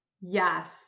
Yes